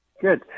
Good